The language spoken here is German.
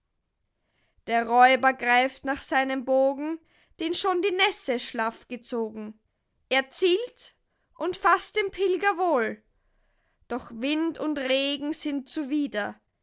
der räuber greift nach seinem bogen den schon die nässe schlaff gezogen er zielt und faßt den pilger wohl doch wind und regen sind zuwider